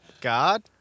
God